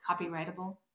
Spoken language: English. copyrightable